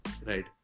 Right